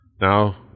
now